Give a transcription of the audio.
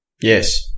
Yes